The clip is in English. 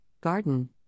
garden